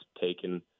taken –